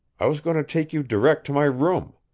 i was going to take you direct to my room.